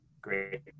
great